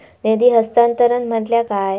निधी हस्तांतरण म्हटल्या काय?